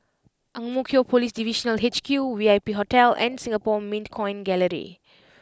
Ang Mo Kio Police Divisional H Q V I P Hotel and Singapore Mint Coin Gallery